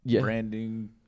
branding